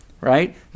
Right